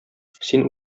син